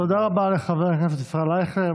תודה רבה לחבר הכנסת ישראל אייכלר.